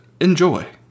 Enjoy